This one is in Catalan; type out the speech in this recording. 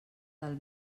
del